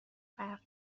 غرق